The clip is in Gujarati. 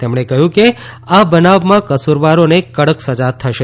તેમણે કહ્યું કે આ બનાવમાં કસુરવારોને કડક સજા કરાશે